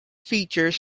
feature